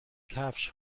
کفش